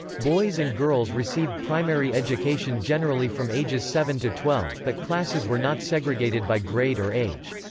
boys and girls received primary education generally from ages seven to twelve, but classes were not segregated by grade or age.